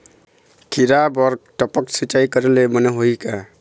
खिरा बर टपक सिचाई करे ले बने होही का?